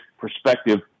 perspective